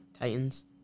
Titans